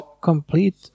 complete